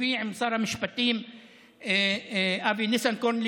אם הממשלה לא בונה ביישובים הערביים, לא בונה.